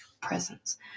presence